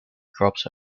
crops